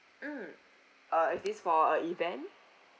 mm uh is this for a event